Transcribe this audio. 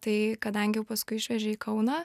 tai kadangi jau paskui išvežė į kauną